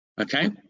okay